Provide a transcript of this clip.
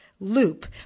loop